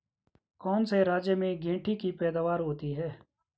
कौन से राज्य में गेंठी की पैदावार होती है?